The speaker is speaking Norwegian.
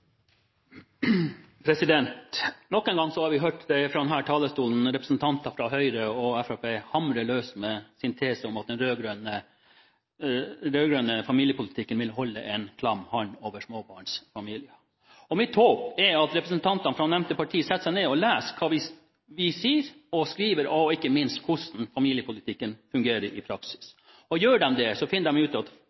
fra denne talerstol hørt representanter fra Høyre og Fremskrittspartiet hamre løs med sin tese om at den rød-grønne familiepolitikken vil holde en klam hånd over småbarnsfamilier. Mitt håp er at representantene fra nevnte partier setter seg ned og leser hva vi sier og skriver, og ikke minst hvordan familiepolitikken fungerer i praksis. Gjør de det, finner de forhåpentligvis ut at småbarnsfamiliene har den valgfriheten de søker. Vår ærbødige påstand er at